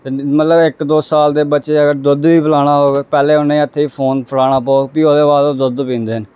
मतलब इक दो साल दे बच्चे गी अगर दुद्ध बी पलैना होऐ ते पैह्लें उ'नेंगी हत्थै च फोन फड़ाना पौग फ्ही ओह् दुद्ध पींदे न